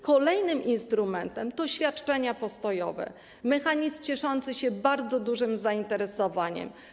Kolejny instrument to świadczenia postojowe, mechanizm cieszący się bardzo dużym zainteresowaniem.